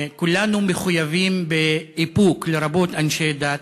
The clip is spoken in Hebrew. כולנו מחויבים באיפוק, לרבות אנשי דת,